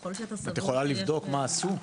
ככל שאתה סבור --- את יכולה לבדוק מה עשו?